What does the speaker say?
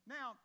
Now